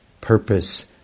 purpose